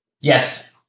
yes